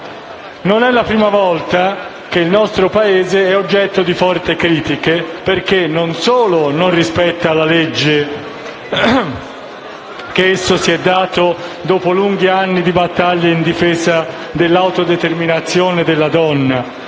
Non è la prima volta che il nostro Paese è oggetto di forti critiche perché, non solo non rispetta la legge che si è dato, dopo lunghi anni di battaglie in difesa dell'autodeterminazione della donna,